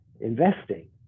investing